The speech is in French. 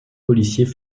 policiers